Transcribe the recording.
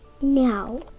Now